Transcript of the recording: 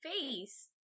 face